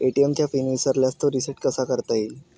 ATM चा PIN विसरल्यास तो रिसेट कसा करता येईल?